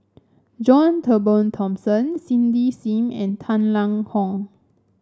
John Turnbull Thomson Cindy Sim and Tang Liang Hong